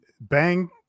Bang